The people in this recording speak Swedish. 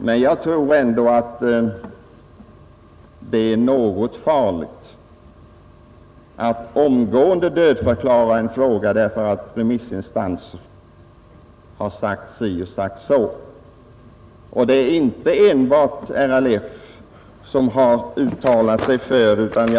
Men jag tror ändå att det är något Höjt sjukpenningfarligt att omgående dödförklara en fråga därför att TENMISSINStänser har | tillägg inom den sagt si och sagt så. Det är inte enbart RLF som uttalat sig för förslaget.